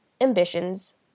ambitions